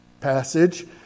passage